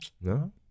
No